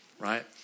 right